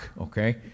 Okay